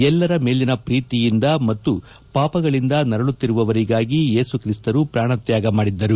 ಎಲ್ಲರ ಮೇಲಿನ ಪ್ರೀತಿಯಿಂದ ಮತ್ತು ಪಾಪಗಳಿಂದ ನರಳುತ್ತಿರುವವರಿಗಾಗಿ ಏಸುಕ್ರಿಸ್ತರು ಪ್ರಾಣ ತ್ಯಾಗಮಾಡಿದ್ದರು